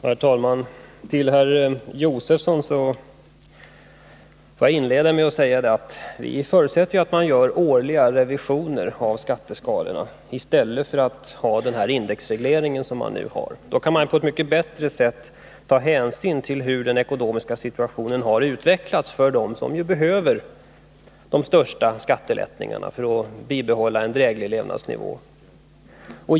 Herr talman! Får jag inleda med att säga till herr Josefson att vi förutsätter att man gör årliga revisioner av skatteskalorna i stället för att ha den här indexregleringen. Då kan man på ett bättre sätt ta hänsyn till hur den ekonomiska situationen har utvecklats för dem som behöver de största skattelättnaderna för att bibehålla en dräglig levnadsnivå.